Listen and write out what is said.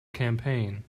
campaign